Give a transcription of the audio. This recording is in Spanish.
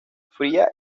fría